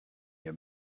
your